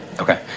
Okay